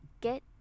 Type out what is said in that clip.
get